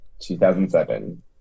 2007